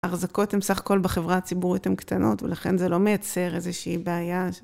אחזקות הן סך הכל בחברה הציבורית, הן קטנות, ולכן זה לא מייצר איזושהי בעיה.